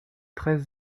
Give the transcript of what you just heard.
treize